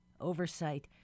oversight